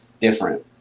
different